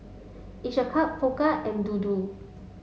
each a cup Pokka and Dodo